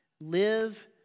live